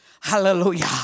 Hallelujah